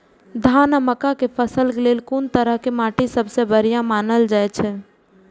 धान आ मक्का के फसल के लेल कुन तरह के माटी सबसे बढ़िया मानल जाऐत अछि?